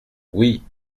oui